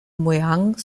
mueang